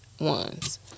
ones